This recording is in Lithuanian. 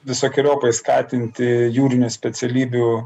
visokeriopai skatinti jūrinių specialybių